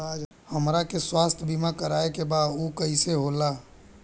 हमरा के स्वास्थ्य बीमा कराए के बा उ कईसे होला?